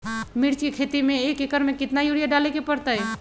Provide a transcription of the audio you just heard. मिर्च के खेती में एक एकर में कितना यूरिया डाले के परतई?